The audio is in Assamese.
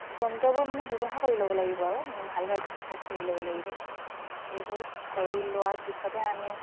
যন্ত্ৰবোৰ মানে ব্য়ৱহাৰ কৰি ল'ব লাগিব আৰু ভালদৰে ঠিক ঠাক কৰি ল'ব লাগিব সেইবোৰ কৰি লোৱাৰ পিছতহে আমি